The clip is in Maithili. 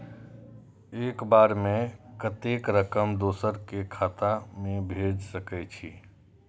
एक बार में कतेक रकम दोसर के खाता में भेज सकेछी?